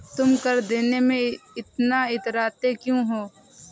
तुम कर देने में इतना कतराते क्यूँ हो?